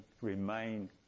remain